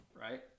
right